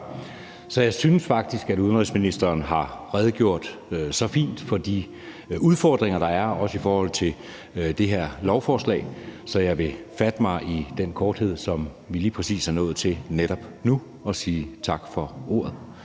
Jeg synes faktisk, at udenrigsministeren har redegjort så fint for de udfordringer, der er, også i forhold til det her beslutningsforslag, så jeg vil fatte mig i korthed og slutte her, hvor jeg lige præcis er nået til netop nu, og sige tak for ordet.